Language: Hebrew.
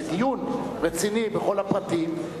לדיון רציני בכל הפרטים,